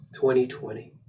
2020